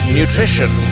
nutrition